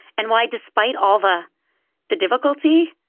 and why, despite all the the difficulty,